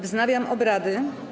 Wznawiam obrady.